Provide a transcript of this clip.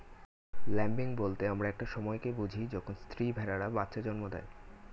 lambing বলতে আমরা একটা সময় কে বুঝি যখন স্ত্রী ভেড়ারা বাচ্চা জন্ম দেয়